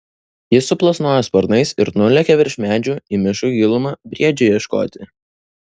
jis suplasnojo sparnais ir nulėkė virš medžių į miško gilumą briedžio ieškoti